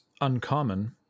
uncommon